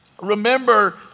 Remember